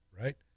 right